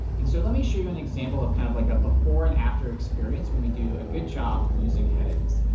and so let me show you an example of kind of like a before and after experience when we do a good job using headings.